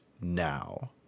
now